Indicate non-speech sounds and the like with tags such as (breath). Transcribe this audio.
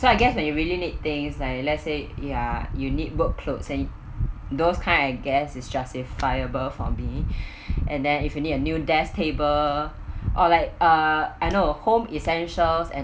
so I guess when you really need things like let's say ya you need work clothes and those kind I guess is justifiable for me (breath) and then if you need a new desk table (breath) or like uh I know home essentials and